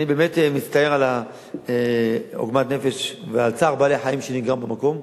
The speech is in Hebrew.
אני באמת מצטער על עוגמת הנפש ועל צער בעלי-החיים שנגרם במקום,